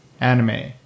anime